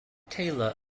taylor